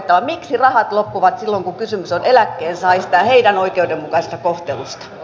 miksi rahat loppuvat silloin kun kysymys on eläkkeensaajista ja heidän oikeudenmukaisesta kohtelustaan